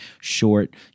short